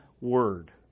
word